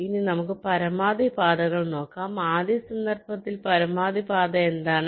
ഇനി നമുക്ക് പരമാവധി പാതകൾ നോക്കാം ആദ്യ സന്ദർഭത്തിൽ പരമാവധി പാത എന്താണ്